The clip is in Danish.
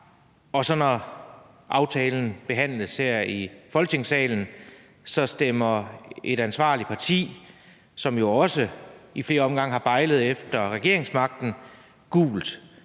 og når aftalen så behandles her i Folketingssalen, så stemmer et ansvarligt parti, som jo også ad flere omgange har bejlet til regeringsmagten, gult.